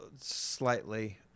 Slightly